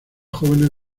jóvenes